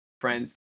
friends